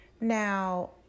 Now